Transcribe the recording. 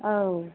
औ